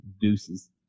Deuces